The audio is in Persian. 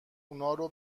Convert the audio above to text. اونارو